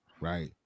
right